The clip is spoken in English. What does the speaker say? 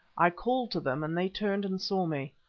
i called to them, and they turned and saw me.